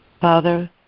Father